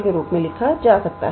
के रूप में लिखा जा सकता है